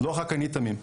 לא רק אני תמים,